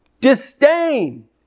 Disdain